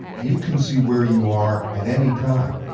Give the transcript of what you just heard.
you can see where you are at any time.